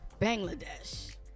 Bangladesh